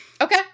okay